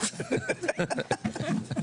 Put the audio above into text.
הפסקה של חמש דקות.